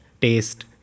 taste